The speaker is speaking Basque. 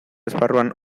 esparruan